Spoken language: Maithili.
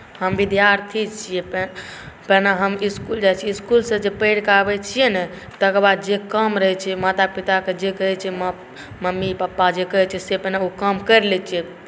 हम विद्यार्थी छियै पहिने हम स्कूल जाइत छियै स्कूल से जे पढ़ि के आबैत छियै ने तकरबाद जे काम रहैत छै माता पिताके जे कहैत छै मम्मी पप्पा जे कहैत छै से पहिने ओ काम करि लैत छियै